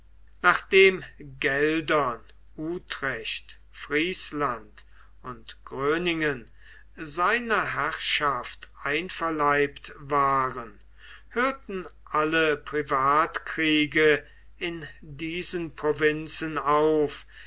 nachdem geldern utrecht friesland und gröningen seiner herrschaft einverleibt waren hörten alle privatkriege in diesen provinzen auf